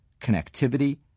connectivity